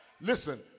Listen